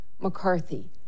McCarthy